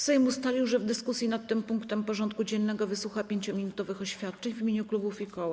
Sejm ustalił, że w dyskusji nad tym punktem porządku dziennego wysłucha 5-minutowych oświadczeń w imieniu klubów i koła.